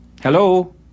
Hello